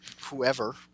Whoever